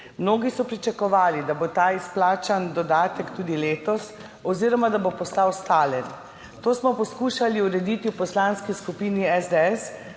Mnogi so pričakovali, da bo ta izplačan dodatek tudi letos oziroma da bo postal stalen. To smo poskušali urediti v Poslanski skupini SDS,